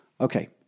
Okay